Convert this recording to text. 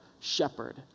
shepherd